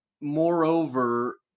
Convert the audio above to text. moreover